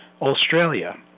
Australia